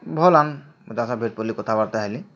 ଭଲ୍ ଭେଟ୍କିଲି କଥାବାର୍ତ୍ତା ହେଲି